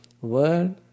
world